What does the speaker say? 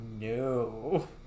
No